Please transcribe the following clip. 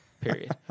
period